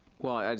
well,